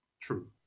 True